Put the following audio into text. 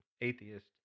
atheist